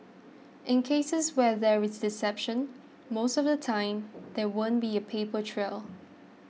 in cases where there is deception most of the time there won't be a paper trail